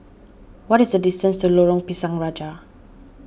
what is the distance to Lorong Pisang Raja